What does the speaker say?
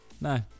no